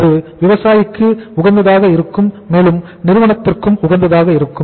அது விவசாயிக்கு உகந்ததாக இருக்கும் மேலும் நிறுவனத்துக்கும் உகந்ததாக இருக்கும்